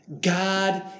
God